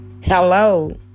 Hello